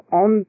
on